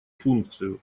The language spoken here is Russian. функцию